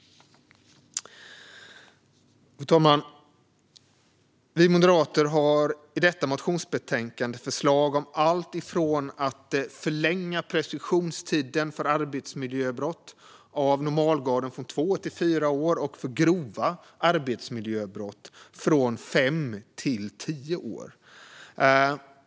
Fru talman! Vi moderater har i detta motionsbetänkande flera förslag. Vi föreslår förlängd preskriptionstid för arbetsmiljöbrott av normalgraden från två till fyra år och för grova arbetsmiljöbrott från fem till tio år.